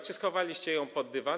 Czy schowaliście ją pod dywan?